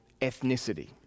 ethnicity